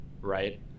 Right